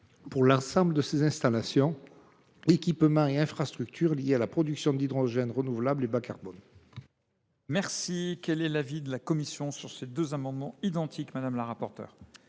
l’ensemble des installations, équipements et infrastructures liés à la production d’hydrogène renouvelable et bas carbone